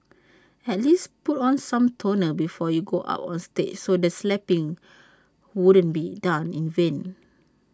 at least put on some toner before you go up on stage so the slapping wouldn't be done in vain